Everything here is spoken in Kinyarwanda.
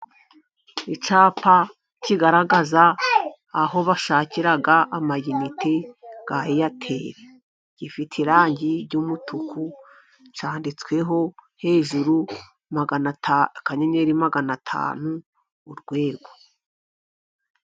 Icyapa kigaragaza aho bashakira amayinite ya Eyateri. Gifite irangi ry'umutuku, cyanditsweho hejuru "akanyenyeri magana atanu urwego".